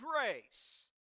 grace